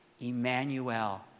Emmanuel